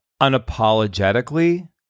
unapologetically